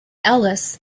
ellis